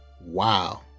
Wow